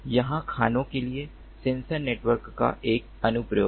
यहाँ खानों के लिए सेंसर नेटवर्क का एक अनुप्रयोग है